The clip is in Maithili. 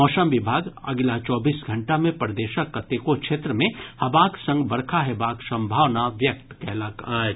मौसम विभाग अगिला चौबीस घंटा मे प्रदेशक कतेको क्षेत्र मे हवाक संग बरखा हेबाक संभावना व्यक्त कयलक अछि